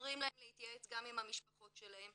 אומרים להם להתייעץ גם עם המשפחות שלהם.